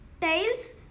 tails